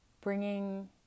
bringing